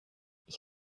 ich